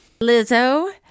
Lizzo